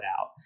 out